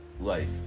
life